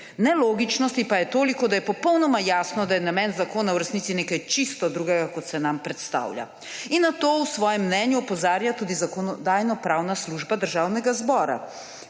Nelogičnosti pa je toliko, da je popolnoma jasno, da je namen zakona v resnici nekaj čisto drugega, kot se nam predstavlja. Na to v svojem mnenju opozarja tudi Zakonodajno-pravna služba Državnega zbora.